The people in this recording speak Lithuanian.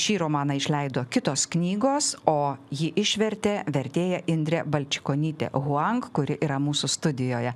šį romaną išleido kitos knygos o jį išvertė vertėja indrė balčikonytė huang kuri yra mūsų studijoje